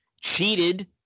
cheated